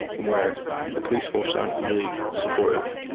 where the police force aren't really supportive,